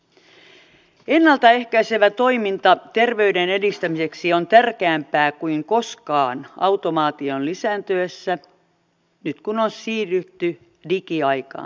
ennalta ehkäisevä toiminta terveyden edistämiseksi on tärkeämpää kuin koskaan automaation lisääntyessä nyt kun on siirrytty digiaikaan